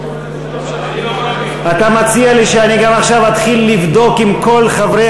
אתה מציע לי שאני גם עכשיו אתחיל לבדוק עם כל חברי